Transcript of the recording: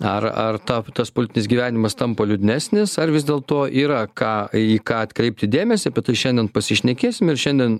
ar ar ta tas politinis gyvenimas tampa liūdnesnis ar vis dėlto yra ką į ką atkreipti dėmesį apie tai šiandien pasišnekėsim ir šiandien